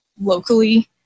locally